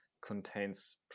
contains